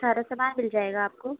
سارا سامان مل جائے گا آپ کو